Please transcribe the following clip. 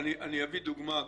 אני אביא דוגמה.